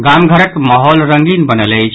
गाम घरक माहौल रंगीन बनल अछि